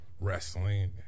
Wrestling